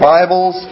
Bibles